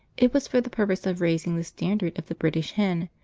it was for the purpose of raising the standard of the british hen,